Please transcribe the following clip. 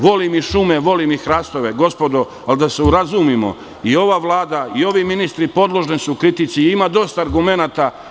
Volim i šume, volim i hrastove, gospodo, ali da se urazumimo, i ova vlada i ovi ministri podložni su kritici i ima dosta argumenata.